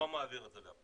לא מעביר את זה לאפליקציה,